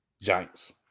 Giants